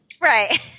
Right